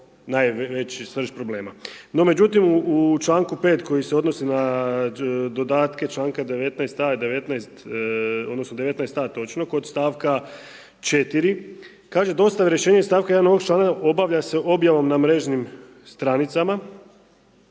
najveći srž problema. No međutim u članku 5. koji se odnosi na dodatke članka 19. stavak 19, odnosno 19a točno kod stavka 4 kaže dostave rješenja iz stavka 1 ovog članka obavlja se objavom na mrežnim stranicama,